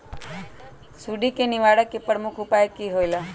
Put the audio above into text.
सुडी के निवारण के प्रमुख उपाय कि होइला?